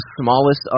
smallest